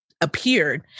appeared